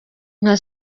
nka